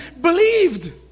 believed